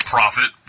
Profit